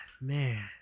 man